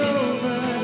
over